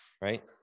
right